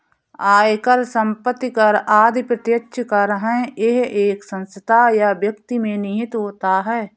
आयकर, संपत्ति कर आदि प्रत्यक्ष कर है यह एक संस्था या व्यक्ति में निहित होता है